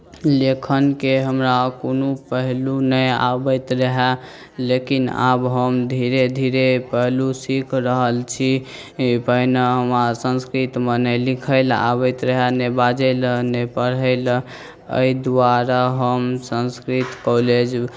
लेखनके हमरा कोनो पहलू नहि आबैत रहै लेकिन आब हम धीरे धीरे पहलू सीखि रहल छी पहिने हमरा संस्कृतमे नहि लिखैलए आबैत रहै नहि बाजैलए नहि पढ़ैलए एहि दुआरे हम संस्कृत कॉलेज